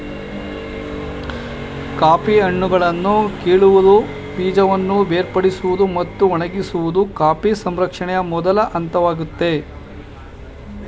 coffee ಹಣ್ಣುಗಳನ್ನು ಕೀಳುವುದು ಬೀಜವನ್ನು ಬೇರ್ಪಡಿಸೋದು ಮತ್ತು ಒಣಗಿಸೋದು ಕಾಫಿ ಸಂಸ್ಕರಣೆಯ ಮೊದಲ ಹಂತವಾಗಯ್ತೆ